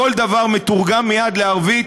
כל דבר מתורגם מייד לערבית,